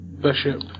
Bishop